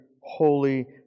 holy